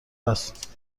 است